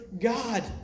God